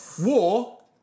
war